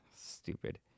Stupid